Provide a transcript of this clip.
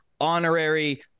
honorary